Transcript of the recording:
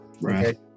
Right